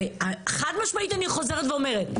וחד משמעית אני חוזרת ואומרת,